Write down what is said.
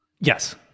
Yes